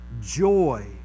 joy